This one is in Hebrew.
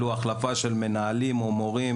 בהחלפה של מנהלים ומורים,